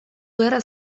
gerra